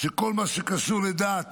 שכל מה שקשור לדת